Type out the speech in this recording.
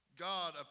God